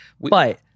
But-